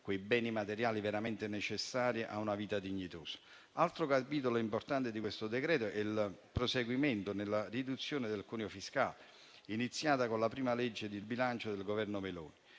quei beni materiali veramente necessari a una vita dignitosa. Altro capitolo importante di questo decreto-legge è il proseguimento nella riduzione del cuneo fiscale, iniziata con la prima legge di bilancio del Governo Meloni.